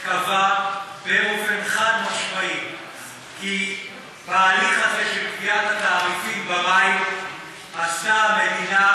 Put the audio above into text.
קבע חד-משמעית כי בהליך הזה של קביעת תעריפי המים עשתה המדינה